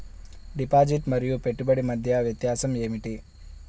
Deposit మరియు పెట్టుబడి మధ్య వ్యత్యాసం ఏమిటీ?